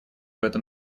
этом